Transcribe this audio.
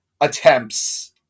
attempts